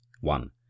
one